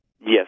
Yes